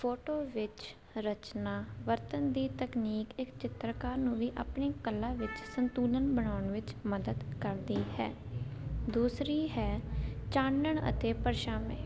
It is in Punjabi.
ਫੋਟੋ ਵਿੱਚ ਰਚਨਾ ਵਰਤਨ ਦੀ ਤਕਨੀਕ ਇਕ ਚਿੱਤਰਕਾਰ ਨੂੰ ਵੀ ਆਪਣੀ ਕਲਾ ਵਿੱਚ ਸੰਤੁਲਨ ਬਣਾਉਣ ਵਿੱਚ ਮਦਦ ਕਰਦੀ ਹੈ ਦੂਸਰੀ ਹੈ ਚਾਨਣ ਅਤੇ ਪਰਛਾਵੇਂ